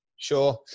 Sure